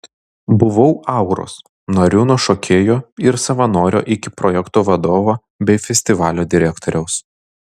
buvau auros nariu nuo šokėjo ir savanorio iki projektų vadovo bei festivalio direktoriaus